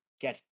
get